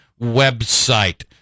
website